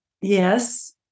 Yes